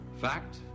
Fact